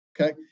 okay